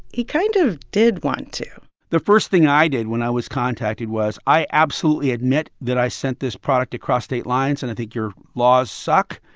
he kind of did want to the first thing i did when i was contacted was i absolutely admit that i sent this product across state lines, and i think your laws suck.